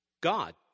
God